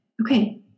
Okay